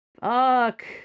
Fuck